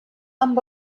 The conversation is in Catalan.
amb